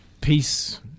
peace